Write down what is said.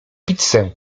pizzę